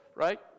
right